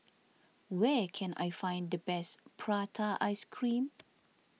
where can I find the best Prata Ice Cream